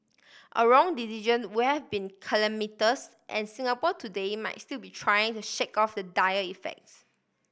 a wrong decision would have been calamitous and Singapore today might still be trying to shake off the dire effects